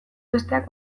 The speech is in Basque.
besteak